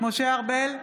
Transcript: משה ארבל,